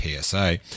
PSA